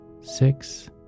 six